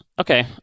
Okay